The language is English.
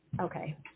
okay